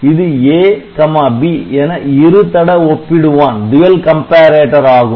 இது A B என இருதட ஒப்பிடுவான் ஆகும்